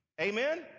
Amen